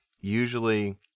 usually